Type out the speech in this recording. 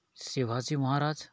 ଶିବାଜୀ ମହାରାଜ